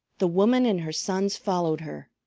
the woman and her sons followed her,